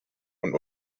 und